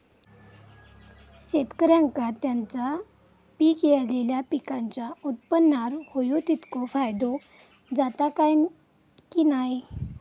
शेतकऱ्यांका त्यांचा पिकयलेल्या पीकांच्या उत्पन्नार होयो तितको फायदो जाता काय की नाय?